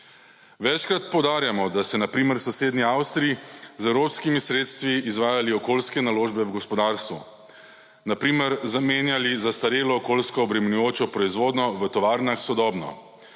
Večkrat poudarjamo, da so na primer v sosednji Avstriji z evropskimi sredstvi izvajali okoljske naložbe v gospodarstvu. Na primer, zamenjali zastarelo okoljsko obremenjujočo proizvodnjo v tovarnah s sodobno